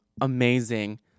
amazing